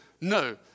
no